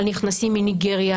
על נכנסים מניגריה,